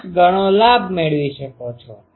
5 ગણો લાભ મેળવી શકો છો